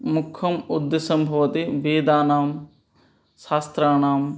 मुख्यम् उद्देश्यं भवति वेदानां शास्त्राणां